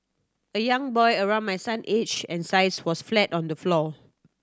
a young boy around my son's age and size was flat on the floor